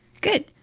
Good